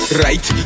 right